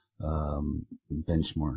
benchmark